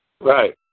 Right